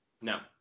No